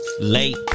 late